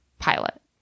pilot